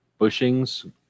bushings